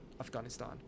Afghanistan